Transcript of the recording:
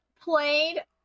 played